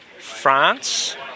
France